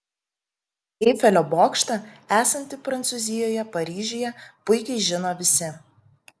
eifelio bokštą esantį prancūzijoje paryžiuje puikiai žino visi